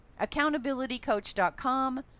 accountabilitycoach.com